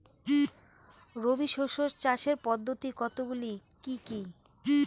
রবি শস্য চাষের পদ্ধতি কতগুলি কি কি?